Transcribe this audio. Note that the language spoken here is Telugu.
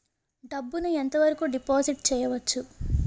డబ్బు ను ఎంత వరకు డిపాజిట్ చేయవచ్చు?